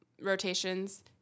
rotations